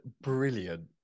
brilliant